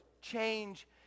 change